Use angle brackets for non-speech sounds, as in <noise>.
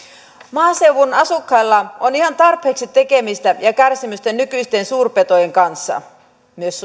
maaseudun asukkailla on ihan tarpeeksi tekemistä ja kärsimystä nykyisten suurpetojen kanssa myös <unintelligible>